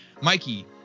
Mikey